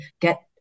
get